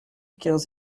quinze